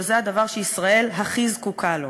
שזה הדבר שישראל הכי זקוקה לו.